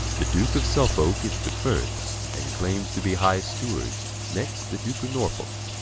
the duke of suffolke is the first, and claimes to be high steward next the duke of norfolke,